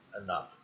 enough